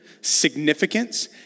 significance